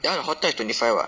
ya the hotel is twenty five what